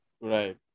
Right